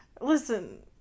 listen